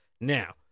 now